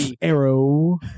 Arrow